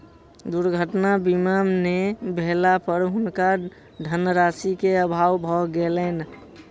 दुर्घटना बीमा नै भेला पर हुनका धनराशि के अभाव भ गेलैन